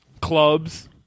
clubs